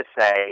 say